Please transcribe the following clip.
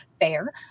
fair